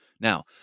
Now